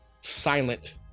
silent